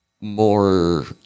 more